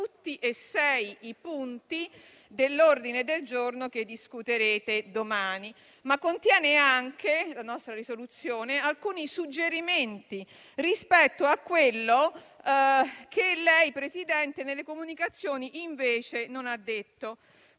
tutti e sei i punti dell'ordine del giorno che discuterete domani; ma contiene anche, la nostra risoluzione, alcuni suggerimenti rispetto a quello che lei, signor Presidente, nelle comunicazioni invece non ha detto.